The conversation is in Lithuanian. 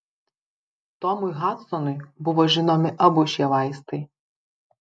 tomui hadsonui buvo žinomi abu šie vaistai